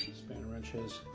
spanner wrench has